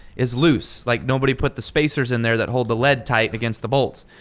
is loose. like nobody put the spacers in there that hold the lead tight against the bolts.